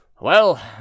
Well